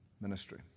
ministry